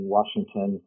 Washington